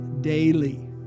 daily